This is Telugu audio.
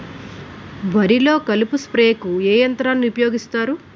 వరిలో కలుపు స్ప్రేకు ఏ యంత్రాన్ని ఊపాయోగిస్తారు?